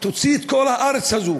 תוציא את כל הארץ הזאת